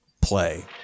play